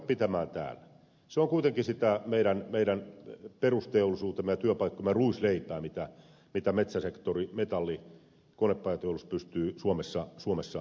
se on kuitenkin sitä meidän perusteollisuutemme ja työpaikkojemme ruisleipää mitä metsäsektori metalli ja konepajateollisuus pystyvät suomessa tuottamaan